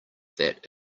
that